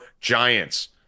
Giants